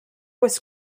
was